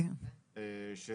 זה